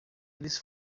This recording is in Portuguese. eles